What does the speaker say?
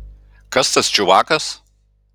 kas tas čiuvakas